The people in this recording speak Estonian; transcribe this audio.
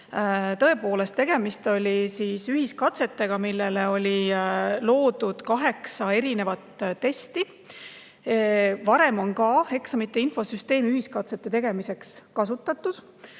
Tõepoolest, tegemist oli ühiskatsetega, milleks oli loodud kaheksa erinevat testi. Varem on ka eksamite infosüsteemi ühiskatsete tegemiseks kasutatud,